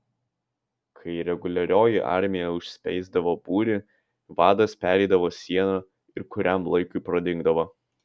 kai reguliarioji armija užspeisdavo būrį vadas pereidavo sieną ir kuriam laikui pradingdavo